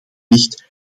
ligt